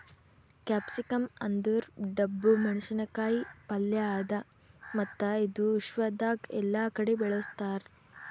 capsicum ಅಂದುರ್ ಡಬ್ಬು ಮೆಣಸಿನ ಕಾಯಿ ಪಲ್ಯ ಅದಾ ಮತ್ತ ಇದು ವಿಶ್ವದಾಗ್ ಎಲ್ಲಾ ಕಡಿ ಬೆಳುಸ್ತಾರ್